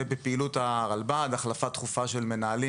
בפעילות הרלב"ד כולל החלפה תכופה של מנהלים